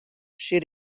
she